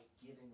giving